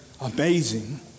amazing